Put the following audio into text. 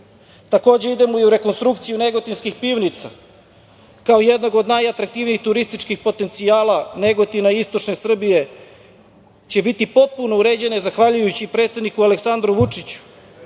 idemo i u rekonstrukciju negotinskih pivnica, kao jednog od najatraktivnijih turističkih potencijala Negotina i istočne Srbije, će biti potpuno uređene zahvaljujući predsedniku Aleksandru Vučiću